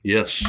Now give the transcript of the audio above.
Yes